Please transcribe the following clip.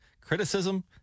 criticism